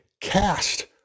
cast